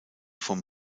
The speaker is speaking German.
vom